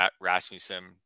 Rasmussen